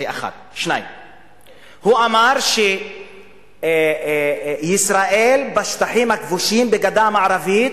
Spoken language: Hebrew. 2. הוא אמר שישראל בשטחים הכבושים בגדה המערבית,